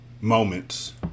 moments